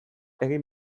egin